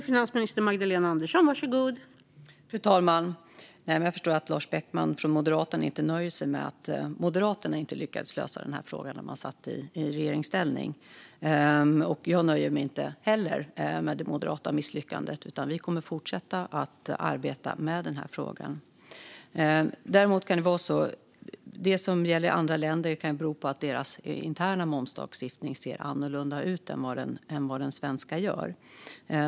Fru talman! Jag förstår att Lars Beckman från Moderaterna inte nöjer sig med att Moderaterna inte lyckades lösa den här frågan när man satt i regeringsställning. Jag nöjer mig inte heller med det moderata misslyckandet, utan vi kommer att fortsätta att arbeta med den här frågan. Däremot kan det vara så att det som gäller i andra länder kan bero på att deras interna momslagstiftning ser annorlunda ut än vad den svenska gör.